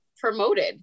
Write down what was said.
promoted